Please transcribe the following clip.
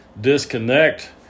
disconnect